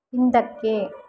ಹಿಂದಕ್ಕೆ